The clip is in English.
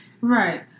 Right